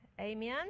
Amen